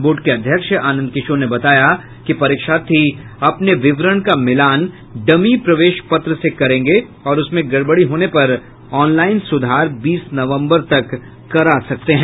board के अध्यक्ष आनंद किशोर ने बताया कि परीक्षार्थी अपने विवरण का मिलान डमी प्रवेश पत्र में करेंगे और उसमें गड़बड़ी होने पर ऑनलाईन सुधार बीस नवम्बर तक करा सकते हैं